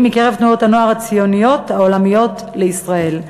מקרב תנועות הנוער הציוניות העולמיות לישראל.